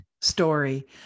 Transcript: story